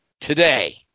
today